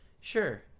Sure